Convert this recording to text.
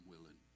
willing